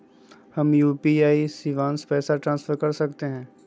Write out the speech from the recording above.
हम यू.पी.आई शिवांश पैसा ट्रांसफर कर सकते हैं?